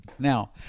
Now